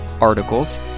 articles